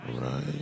Right